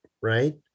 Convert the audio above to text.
right